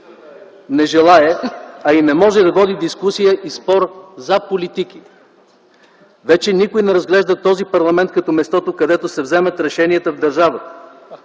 Не желае, а и не може да води дискусия и спор за политики. Вече никой не разглежда този парламент като мястото, където се вземат решенията в държавата.